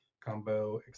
combo